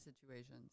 situations